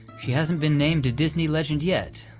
she hasn't been named a disney legend yet,